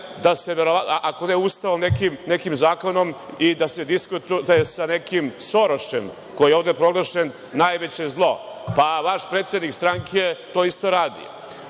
da se, ako ne Ustavom onda nekim zakonom, da se diskutuje sa nekim Sorošem, koji je ovde proglašen najveće zlo, pa vaš predsednik stranke to isto radi.